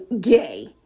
gay